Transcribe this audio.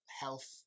health